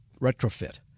retrofit